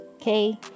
Okay